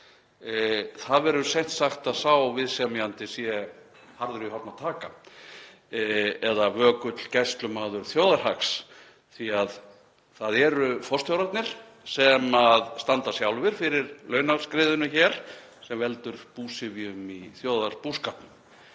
Það verður seint sagt að sá viðsemjandi sé harður í horn að taka eða vökull gæslumaður þjóðarhags, því að það eru forstjórarnir sem standa sjálfir fyrir launaskriðinu hér sem veldur búsifjum í þjóðarbúskapnum.